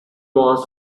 was